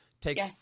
takes